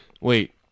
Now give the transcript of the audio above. Wait